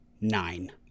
Nine